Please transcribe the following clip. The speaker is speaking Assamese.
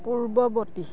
পূৰ্ৱৱৰ্তী